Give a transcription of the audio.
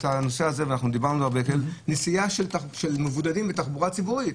ודיברנו נסיעה של מבודדים בתחבורה ציבורית.